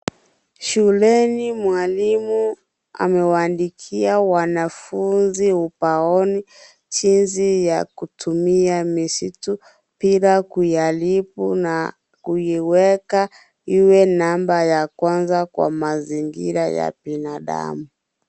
Shuleni mwalimu amewaandikia wanafunzi ubaoni jinsi ya kutumia misitu bila kuiharibu na kuiweka iwe namba ya kwanza kwa mazingira ya binadamu.